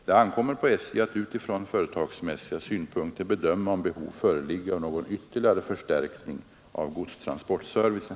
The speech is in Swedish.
Det ankommer på SJ att utifrån företagsmässiga synpunkter bedöma om behov föreligger av någon ytterligare förstärkning av godstransportservicen.